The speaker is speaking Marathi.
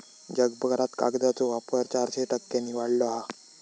जगभरात कागदाचो वापर चारशे टक्क्यांनी वाढलो हा